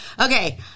Okay